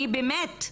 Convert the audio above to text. אני באמת,